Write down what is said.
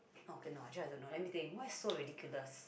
okay no actually I don't know let me think why so ridiculous